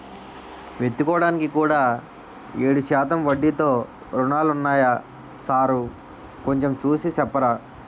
విత్తుకోడానికి కూడా ఏడు శాతం వడ్డీతో రుణాలున్నాయా సారూ కొంచె చూసి సెప్పరా